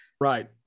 Right